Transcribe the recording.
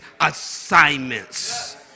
assignments